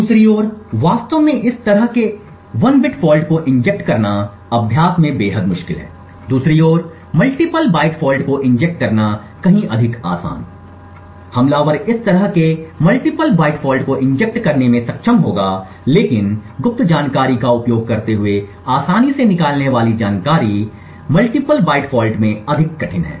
दूसरी ओर वास्तव में इस तरह के एक बिट फॉल्ट को इंजेक्ट करना अभ्यास में बेहद मुश्किल है दूसरी ओर कई बाइट फॉल्ट को इंजेक्ट करना कहीं अधिक आसान है और हमलावर इस तरह के कई बाइट फॉल्ट को इंजेक्ट करने में सक्षम होगा लेकिन गुप्त जानकारी का उपयोग करते हुए आसानी से निकालने वाली जानकारी बाइट फॉल्ट में अधिक कठिन है